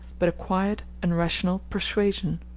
but a quiet and rational persuasion.